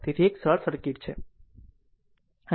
તેથી એક સરળ સર્કિટ છે